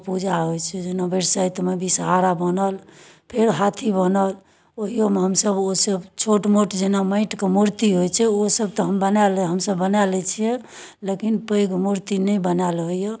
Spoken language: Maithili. ओ पूजा होइ छै जेना बरसाइतमे विषहरा बनल फेर हाथी बनल ओहियोमे हमसब ओ से छोट मोट जेना माटिके मूर्ति होइ छै ओ सब बना लै हमसब बना लै छियै लेकिन पैघ मूर्ति नहि बनायल होइए